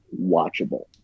watchable